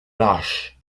lâches